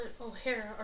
O'Hara